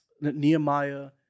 Nehemiah